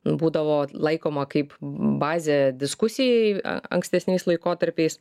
būdavo laikoma kaip bazė diskusijai ankstesniais laikotarpiais